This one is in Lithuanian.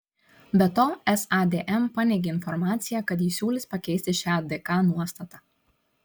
be to sadm paneigė informaciją kad ji siūlys pakeisti šią dk nuostatą